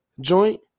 joint